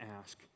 ask